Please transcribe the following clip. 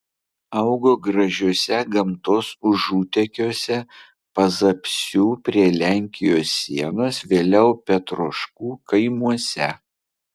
augo gražiuose gamtos užutekiuose pazapsių prie lenkijos sienos vėliau petroškų kaimuose